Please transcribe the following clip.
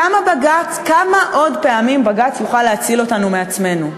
כמה פעמים עוד יוכל בג"ץ להציל אותנו מעצמנו?